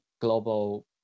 global